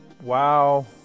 Wow